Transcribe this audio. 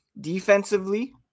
defensively